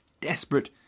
Desperate